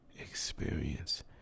experience